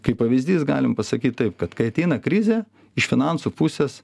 kai pavyzdys galim pasakyt taip kad kai ateina krizė iš finansų pusės